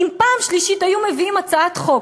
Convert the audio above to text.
אם בפעם השלישית היו מביאים הצעת חוק